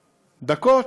דקות,